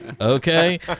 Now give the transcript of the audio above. Okay